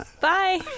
Bye